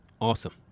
Awesome